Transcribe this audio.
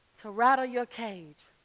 to rattle your cage,